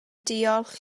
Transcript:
diolch